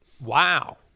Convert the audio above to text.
Wow